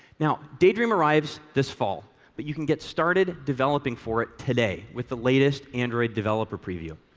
now, daydream arrives this fall but you can get started developing for it today with the latest android developer preview.